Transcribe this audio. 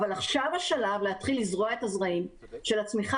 עכשיו השלב להתחיל לזרוע את הזרעים של הצמיחה